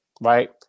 right